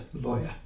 lawyer